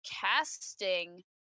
casting